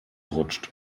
rutscht